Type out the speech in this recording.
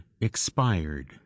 expired